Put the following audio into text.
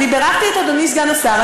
בירכתי את אדוני סגן השר,